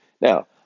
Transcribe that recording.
Now